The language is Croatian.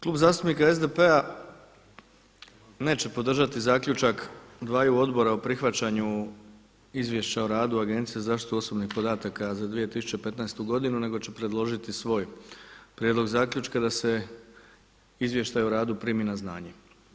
Klub zastupnika SDP-a neće podržati zaključak dvaju odbora o prihvaćanju Izvješća o radu Agencije za zaštitu osobnih podataka za 2015. godinu, nego će predložiti svoj prijedlog zaključka da se Izvještaj o radu primi na znanje.